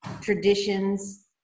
traditions